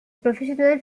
professional